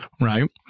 right